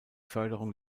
förderung